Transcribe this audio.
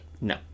No